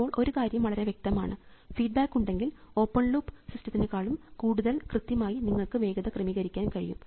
ഇപ്പോൾ ഒരു കാര്യം വളരെ വ്യക്തമാണ് ആണ് ഫീഡ്ബാക്ക് ഉണ്ടെങ്കിൽ ഓപ്പൺ ലൂപ് സിസ്റ്റത്തിനെക്കാളും കൂടുതൽ കൃത്യമായി നിങ്ങൾക്ക് വേഗത ക്രമീകരിക്കാൻ കഴിയും